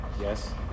Yes